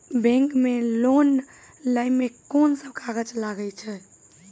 Bank मे loan लै मे कोन सब कागज लागै छै?